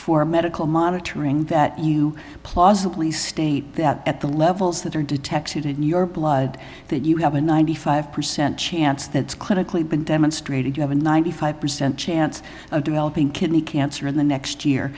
for medical monitoring that you plausibly state that at the levels that are detected in your blood that you have a ninety five percent chance that it's clinically been demonstrated you have a ninety five percent chance of developing kidney cancer in the next year